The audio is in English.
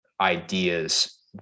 ideas